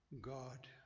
God